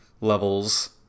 levels